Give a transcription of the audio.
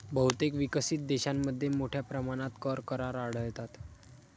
बहुतेक विकसित देशांमध्ये मोठ्या प्रमाणात कर करार आढळतात